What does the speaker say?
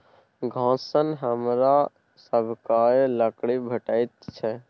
गाछसँ हमरा सभकए लकड़ी भेटैत छै